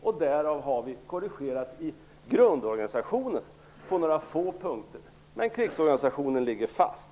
Där har vi på några få punkter korrigerat i grundorganisationen, men krigsorganisationen ligger fast.